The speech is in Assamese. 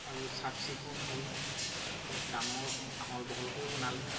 আৰু চাফ চিকুণ হ'ল অলপ ডাঙৰ আহল বহলকৈও বনালে